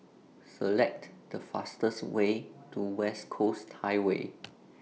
Select The fastest Way to West Coast Highway